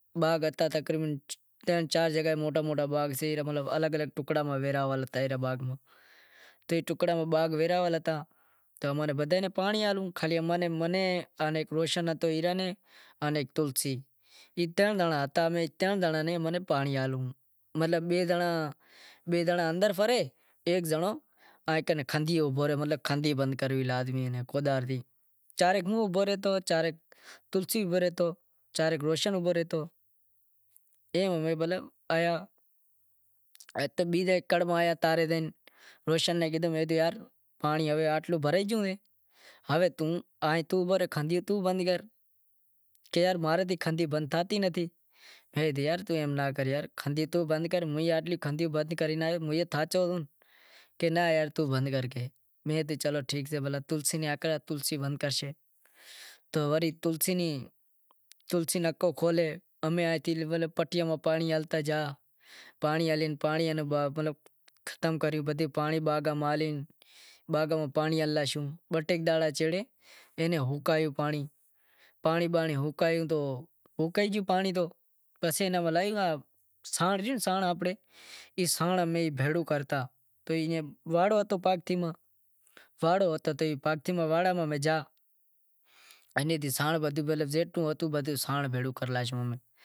باغ ہتا تقریبن ترن چار جگہاں ماتھے الگ الگ ٹکڑاں ماتھے باغ تو ئے باغ ٹکڑاں ماں ورہاول ہتا تو ماں نی بدہا پانڑی ہالوں ایک روسن ہتو ہیک تلسی، اے ترن زنڑا ہتا بئے زنڑا اندر ہوئیں باقی ہیک زنڑو کھندھی بند کرے کوداڑ نیں، چا رے ابھو رہئتو چا رے تلسی ابھو رہتو میں روشن ناں کیدہو پانڑی آتلو بھری لاشو ہوے کھندھی توں بند کر ہوں تھاچو تو کہے ناں توں بند کر، میں تلشی نیں ہاکریو پانڑی ہلے پانڑی ختم کریو باغ میں ختم کریو پانڑی ہوکے گیو سانڑ ریو ای سانڑ امیں بھیڑو کرتا ای واڑو ہتو پاہے میں۔